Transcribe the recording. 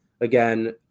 again